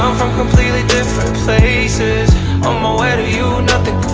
from completely different places on my way to you, nothing